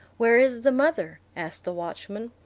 where is the mother? asked the watchman.